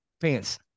Pants